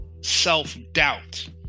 self-doubt